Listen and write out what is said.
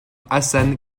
hassan